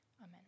Amen